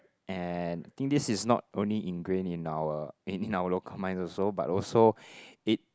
and I think this is not only ingrain in our in in our local minds but also it